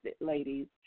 ladies